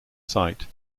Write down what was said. site